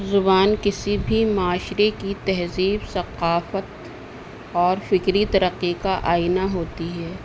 زبان کسی بھی معاشرے کی تہذیب ثقافت اور فکری ترقی کا آئینہ ہوتی ہے